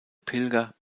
pilger